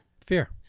Fear